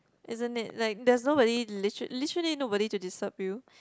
isn't it like there's nobody literally literally nobody to disturb you